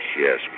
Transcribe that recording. Yes